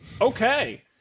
Okay